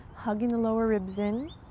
hugging the lower ribs in.